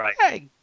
hey